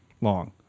long